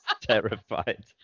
terrified